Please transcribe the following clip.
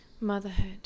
motherhood